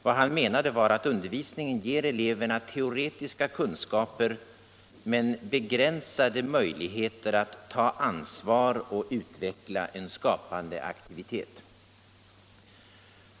Vad han menade var att undervisningen ger eleverna teoretiska kunskaper men begränsade möjligheter att ta ansvar och utveckla en skapande aktivitet.